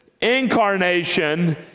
incarnation